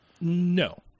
No